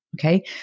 Okay